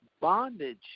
bondage